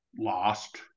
lost